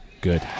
Good